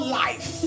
life